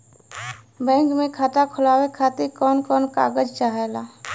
Bank मे खाता खोलवावे खातिर कवन कवन कागज चाहेला?